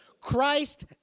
Christ